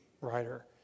writer